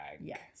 Yes